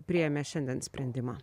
priėmė šiandien sprendimą